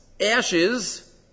Ashes